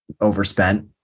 overspent